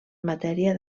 matèria